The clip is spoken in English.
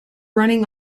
running